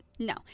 No